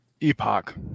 Epoch